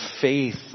faith